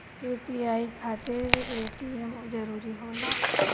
UPI खातिर ATM जरूरी होला?